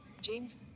James